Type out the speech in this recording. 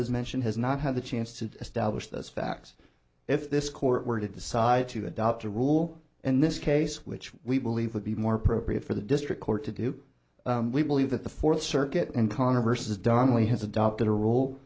his mention has not had the chance to establish those facts if this court were to decide to adopt a rule in this case which we believe would be more appropriate for the district court to do we believe that the fourth circuit and conner versus darnley has adopted a rule